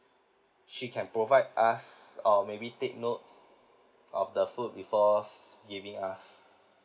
she can provide us or maybe take note of the food before s~ giving us